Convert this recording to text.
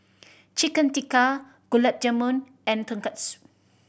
Chicken Tikka Gulab Jamun and Tonkatsu